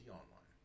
online